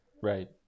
Right